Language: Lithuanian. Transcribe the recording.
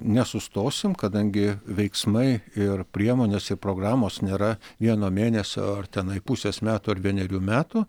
nesustosim kadangi veiksmai ir priemonės ir programos nėra vieno mėnesio ar tenai pusės metų ar vienerių metų